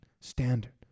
standard